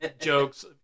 jokes